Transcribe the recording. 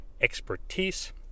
expertise